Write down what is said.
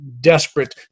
desperate